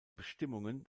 bestimmungen